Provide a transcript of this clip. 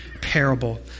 parable